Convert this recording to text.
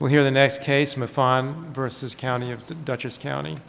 well here the next case my farm versus county of the duchesse county